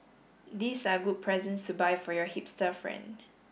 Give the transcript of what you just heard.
these are good presents to buy for your hipster friend